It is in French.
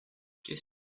qu’est